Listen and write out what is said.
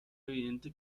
evidente